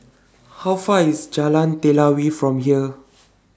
How Far IS Jalan Telawi from here